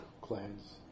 clans